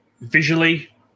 visually